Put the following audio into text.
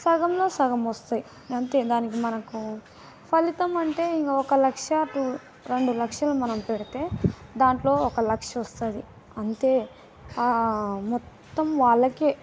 సగంలో సగం వస్తాయి అంతే దానికి మనకు ఫలితం అంటే ఇంకా ఒక లక్షకు రెండు లక్షలు మనం పెడితే దాంట్లో ఒక లక్ష వస్తుంది అంతే ఆ మొత్తం వాళ్ళకే